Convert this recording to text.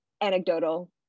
anecdotal